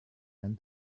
and